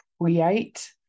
create